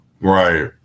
Right